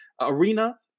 arena